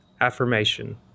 Affirmation